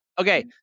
Okay